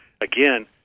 again